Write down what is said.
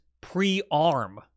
pre-arm